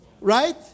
right